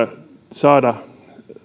saada